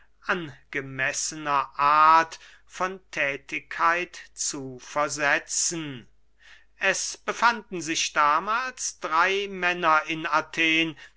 angemessenere art von thätigkeit zu versetzen es befanden sich damahls drey männer in athen